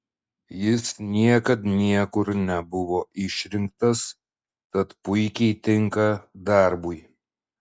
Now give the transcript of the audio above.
jis niekad niekur nebuvo išrinktas tad puikiai tinka darbui